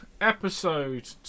episode